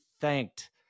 thanked